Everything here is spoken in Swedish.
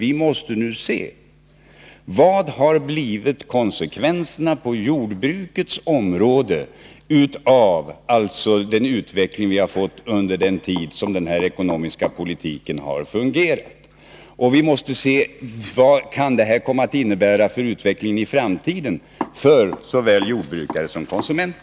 Vi måste nu se på vilka konsekvenserna har blivit på jordbrukets område av utvecklingen under den tid som den här ekonomiska politiken har fungerat. Vi måste också se på vad detta kan komma att innebära för utvecklingen i framtiden för såväl jordbrukare som konsumenter.